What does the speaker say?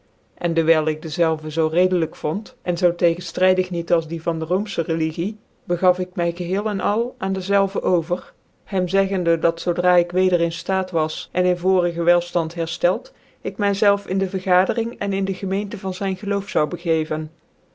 en dewijl ik dezelve zoo redelijk vond cn zoo kgcnftrydig niet als die van de roomfchc religie begaf ik my geheel cn al aan dezelve over hem zeggende dat zoo draa ik weder in ftaat was en in vorige wclftand hcrftcld ik my z cl ven in de vergjdcring en in dc gemeente van zyn geloof zou begeven